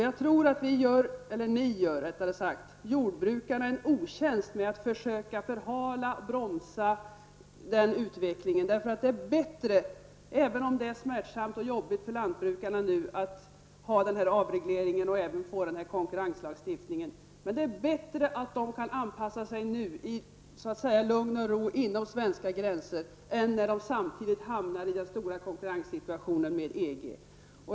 Jag tror att ni gör jordbrukarna en otjänst med att försöka förhala och bromsa utvecklingen. Även om det är smärtsamt och jobbigt för lantbrukarna med avreglering och att få konkurrenslagstiftning, är det bättre att de kan anpassa sig nu i lugn och ro inom Sveriges gränser än när de har hamnat i den svåra konkurrenssituationen inom EG.